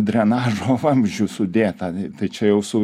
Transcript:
drenažo vamzdžių sudėta tai čia jau su